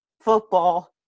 Football